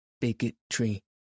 bigotry